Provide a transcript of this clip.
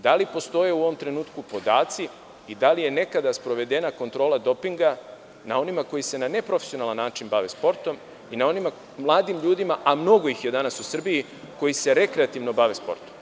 Da li postoje u ovom trenutku podaci i da li je nekada sprovedena kontrola dopinga na ovima koji se na neprofesionalan način bave sportom i na onim mladim ljudima, a mnogo ih je danas u Srbiji, koji se rekreativno bave sportom?